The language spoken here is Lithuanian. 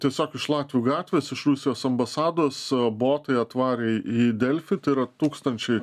tiesiog iš latvių gatvės iš rusijos ambasados botai atvarė į delfi yra tūkstančiai